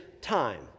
time